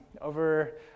over